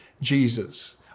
jesus